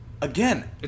again